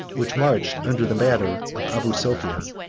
which marched under the banner of abu sophian,